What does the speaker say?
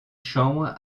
chambre